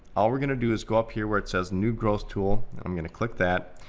all we're gonna do is go up here where it says new growth tool. i'm gonna click that.